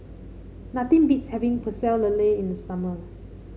nothing beats having Pecel Lele in the summer